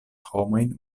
homojn